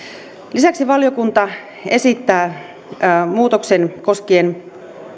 lisäksi valiokunta esittää muutoksen koskien